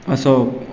असो